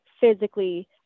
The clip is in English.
physically